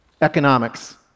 economics